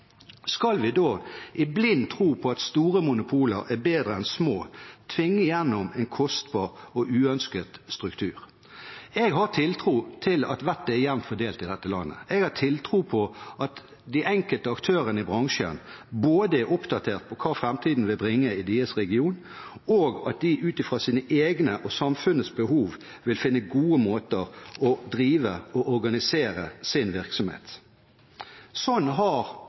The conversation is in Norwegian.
Skal vi da, i blind tro på at store monopoler er bedre enn små, tvinge gjennom en kostbar og uønsket struktur? Jeg har tiltro til at vettet er jevnt fordelt i dette landet. Jeg har tiltro til at de enkelte aktørene i bransjen både er oppdatert på hva framtiden vil bringe i deres region, og at de ut fra sine egne og samfunnets behov vil finne gode måter å drive og organisere sin virksomhet på. Sånn har